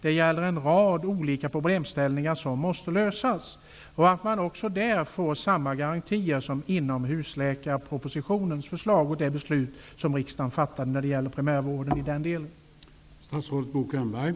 Det gäller en rad olika problemställningar som måste lösas och att det också där ges samma garantier som inom husläkarpropositionens förslag och de beslut som riksdagen fattade när det gäller primärvården i den delen.